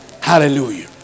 Hallelujah